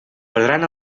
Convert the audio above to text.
perdran